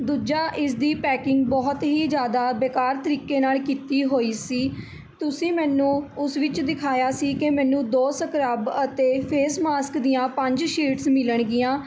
ਦੂਜਾ ਇਸਦੀ ਪੈਕਿੰਗ ਬਹੁਤ ਹੀ ਜ਼ਿਆਦਾ ਬੇਕਾਰ ਤਰੀਕੇ ਨਾਲ ਕੀਤੀ ਹੋਈ ਸੀ ਤੁਸੀਂ ਮੈਨੂੰ ਉਸ ਵਿੱਚ ਦਿਖਾਇਆ ਸੀ ਕਿ ਮੈਨੂੰ ਦੋ ਸਕ੍ਰੱਬ ਅਤੇ ਫੇਸ ਮਾਸਕ ਦੀਆਂ ਪੰਜ ਸ਼ੀਟਸ ਮਿਲਣਗੀਆਂ